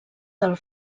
del